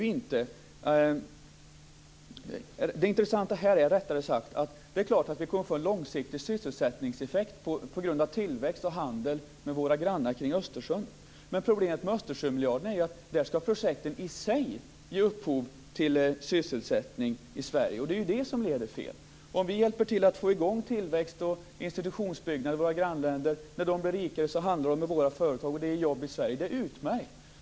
Vi kommer självfallet att få en långsiktig sysselsättningseffekt på grund av tillväxt och handel med våra grannar kring Östersjön, men problemet med Östersjömiljarden är att projekten i sig där ska ge upphov till sysselsättning i Sverige. Det är ju det som leder fel. Om vi hjälper till att få i gång tillväxt och institutionsuppbyggnad i våra grannländer så att de när de blir rikare handlar med våra företag, ger det jobb i Sverige. Det är utmärkt.